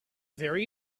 very